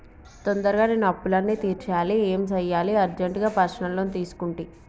తొందరగా నేను అప్పులన్నీ తీర్చేయాలి ఏం సెయ్యాలి అర్జెంటుగా పర్సనల్ లోన్ తీసుకుంటి